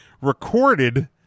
recorded